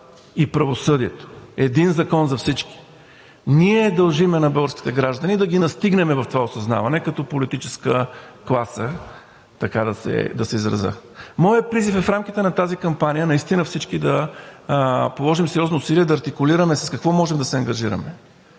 и правосъдието – един закон за всички. Ние дължим на българските граждани да ги настигнем в това осъзнаване като политическа класа, така да се изразя. Моят призив е в рамките на тази кампания наистина всички да положим сериозни усилия, да артикулираме с какво можем да се ангажираме,